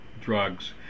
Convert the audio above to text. drugs